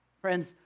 Friends